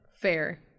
fair